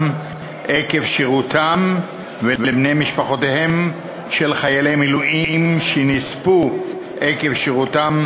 ועקב שירותם ולבני-משפחותיהם של חיילי מילואים שנספו עקב שירותם,